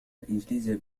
الإنجليزية